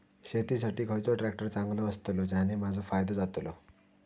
शेती साठी खयचो ट्रॅक्टर चांगलो अस्तलो ज्याने माजो फायदो जातलो?